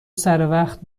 سروقت